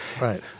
right